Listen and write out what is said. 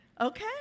Okay